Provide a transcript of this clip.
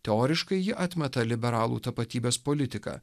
teoriškai ji atmeta liberalų tapatybės politiką